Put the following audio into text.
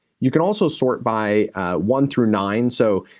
you can also sort by one through nine, so,